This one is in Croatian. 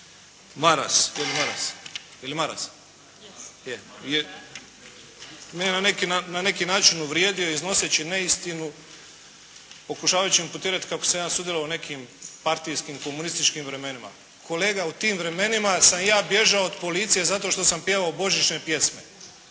Maras, je li Maras, je na neki način uvrijedio iznoseći neistinu pokušavajući imputirati kako sam ja sudjelovao u nekim partijskim, komunističkim vremenima. Kolega, u tim vremenima sam ja bježao od policije zato što sam pjevao božićne pjesme.